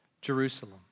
Jerusalem